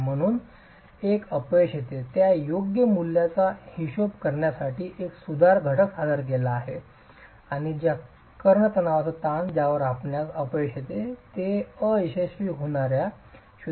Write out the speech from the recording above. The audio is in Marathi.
आणि म्हणूनच एक अपयश येते त्या योग्य मूल्याचा हिशेब करण्यासाठी एक सुधार घटक सादर केला गेला आहे आणि ज्या कर्ण तणावाचा ताण ज्यावर आपणास अपयश येते ते अयशस्वी होणाऱ्या 0